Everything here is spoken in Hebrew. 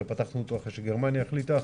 הרי פתחנו אותו אחרי שגרמניה החליטה,